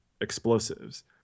explosives